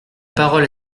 parole